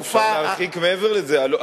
אפשר להרחיק מעבר לזה.